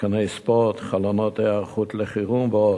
מתקני ספורט, חלונות, היערכות לחירום ועוד.